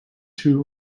two